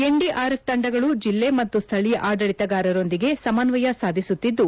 NDRF ತಂಡಗಳು ಜಿಲ್ಲೆ ಮತ್ತು ಸ್ವಳೀಯ ಆಡಳಿತಗಾರರೊಂದಿಗೆ ಸಮನ್ವಯ ಸಾಧಿಸುತ್ತಿದ್ದು